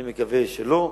אני מקווה שלא,